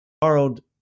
borrowed